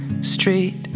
street